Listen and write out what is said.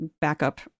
backup